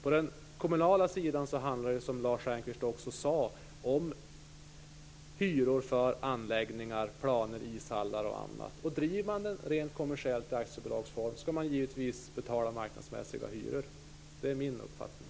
På den kommunala sidan handlar det, som Lars Stjernkvist också sade, om hyror för anläggningar, planer, ishallar och annat. Bedriver man verksamheten rent kommersiellt i aktiebolagsform skall man givetvis betala marknadsmässiga hyror. Det är min uppfattning.